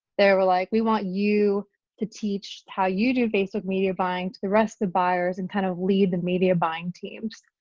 they were like we want you to teach how you do facebook media buying to the rest of buyers and kind of lead the media buying teams.